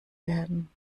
werden